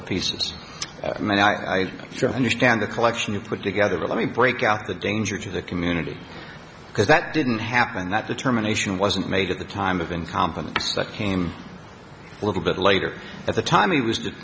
of pieces i mean i understand the collection you put together but let me break out the danger to the community because that didn't happen that the terminations wasn't made at the time of incompetence that came a little bit later at the time it was